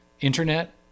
Internet